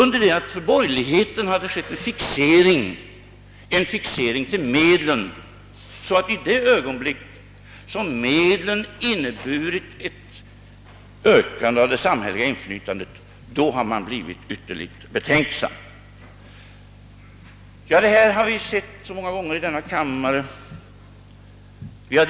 För borgerligheten har det däremot skett en fixering till medlen, så att i det ögonblick som medlen inneburit ökat samhälleligt inflytande har man blivit ytterligt betänksam. Detta har vi sett exempel på många gånger i denna kammare, när vi har.